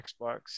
Xbox